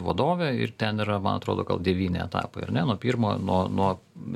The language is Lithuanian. vadove ir ten yra man atrodo gal devyni etapai ar ne nuo pirmo nuo nuo